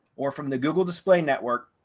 or from the google display network.